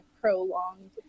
prolonged